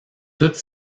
toute